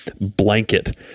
blanket